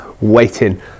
waiting